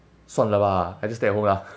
算了 lah I just stay at home lah